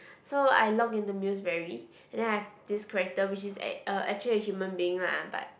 so I log into muse berry and then I have this character which is a~ uh actually a human being lah but